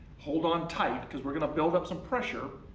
hold on tight, because we're gonna build up some pressure,